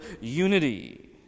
unity